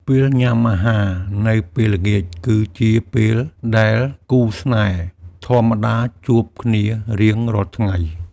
ពេលញ៉ាំអាហារនៅពេលល្ងាចគឺជាពេលដែលគូស្នេហ៍ធម្មតាជួបគ្នារៀងរាល់ថ្ងៃ។